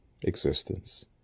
existence